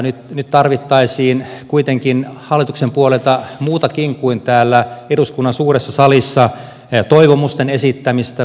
nyt tarvittaisiin kuitenkin hallituksen puolelta muutakin kuin täällä eduskunnan suuressa salissa toivomusten esittämistä